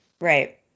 right